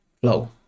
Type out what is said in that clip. flow